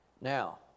Now